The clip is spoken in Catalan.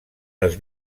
les